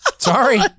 Sorry